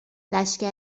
لشکر